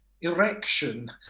erection